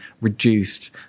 reduced